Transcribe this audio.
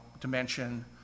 dimension